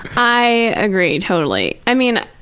i agree totally. i mean,